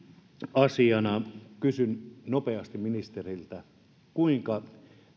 asiana kysyn nopeasti ministeriltä kuinka